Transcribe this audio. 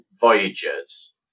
Voyagers